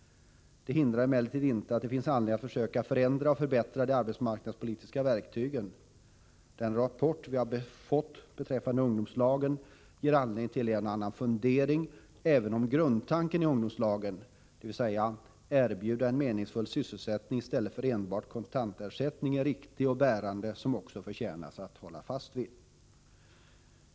Det hindrar emellertid inte att det finns anledning att försöka förändra och förbättra de arbetsmarknadspolitiska verktygen. Den rapport som vi har fått beträffande ungdomslagen ger anledning till en och annan fundering, även om grundtanken i ungdomslagen, dvs. att erbjuda en meningsfull sysselsättning i stället för enbart kontantersättning, är riktig och bärande och även förtjänar att vi håller fast vid den.